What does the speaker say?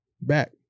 back